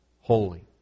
holy